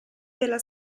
della